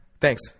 Thanks